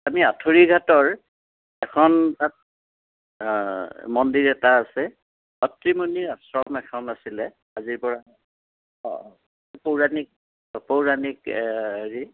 আমি আঁঠৰিঘাটৰ এখন তাত মন্দিৰ এটা আছে অতৃমণি আশ্ৰম এখন আছিলে আজিৰপৰা পৌৰাণিক পৌৰাণিক হেৰি